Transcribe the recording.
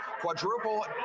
Quadruple